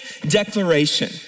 declaration